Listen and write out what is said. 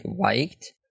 liked